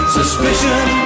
Suspicion